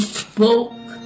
spoke